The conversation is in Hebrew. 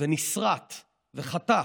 ונשרט וחטף.